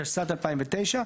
התשס"ט-2009,